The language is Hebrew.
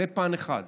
זה פן אחד.